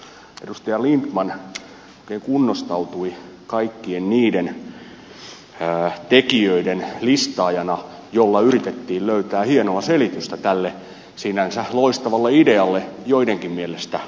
edustaja lindtman oikein kunnostautui kaikkien niiden tekijöiden listaajana joilla yritettiin löytää hienoa selitystä tälle sinänsä loistavalle idealle joidenkin mielestä loistavalle idealle